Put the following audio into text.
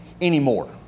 anymore